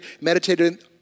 meditated